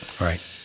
Right